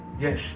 Yes